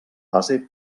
base